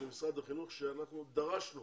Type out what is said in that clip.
ולמשרד החינוך, אנחנו דרשנו